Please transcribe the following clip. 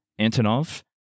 Antonov